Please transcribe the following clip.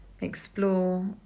Explore